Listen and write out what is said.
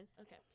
Okay